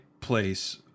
place